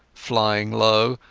flying low,